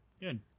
Good